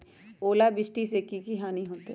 ओलावृष्टि से की की हानि होतै?